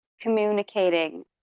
communicating